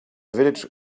village